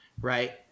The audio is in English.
right